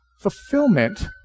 fulfillment